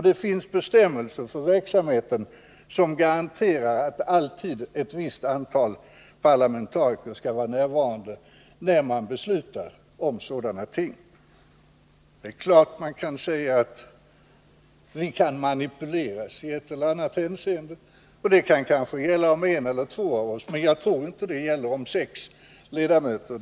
Det finns bestämmelser för verksamheten som garanterar att ett visst antal parlamentariker alltid skall vara närvarande när det beslutas om sådana ting. Det är klart att man kan säga att vi i ett eller annat hänseende kan manipuleras. Kanske kan det gälla om en eller två av oss, men jag tror inte att det gäller om sex ledamöter.